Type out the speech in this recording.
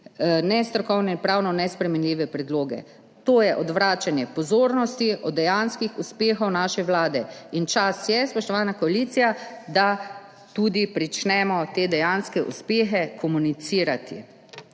nestrokovne in pravno nesprejemljive predloge. To je odvračanje pozornosti od dejanskih uspehov naše vlade, in čas je, spoštovana koalicija, da tudi začnemo te dejanske uspehe komunicirati.